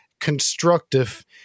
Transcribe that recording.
constructive